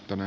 tämä